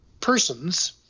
persons